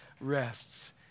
rests